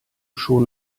schon